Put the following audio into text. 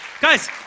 Guys